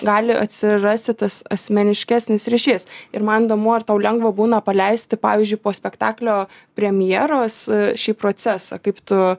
gali atsirasti tas asmeniškesnis ryšys ir man įdomu ar tau lengva būna paleisti pavyzdžiui po spektaklio premjeros šį procesą kaip tu